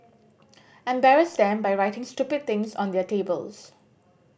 embarrass them by writing stupid things on their tables